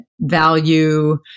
value